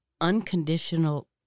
unconditional